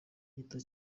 yita